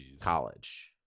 college